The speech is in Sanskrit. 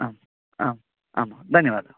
आम् आम् आं महो धन्यवादः